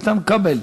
איתן כבל,